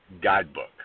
guidebook